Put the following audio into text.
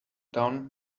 down